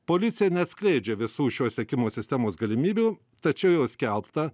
policija neatskleidžia visų šios sekimo sistemos galimybių tačiau jau skelbta